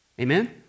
Amen